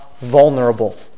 vulnerable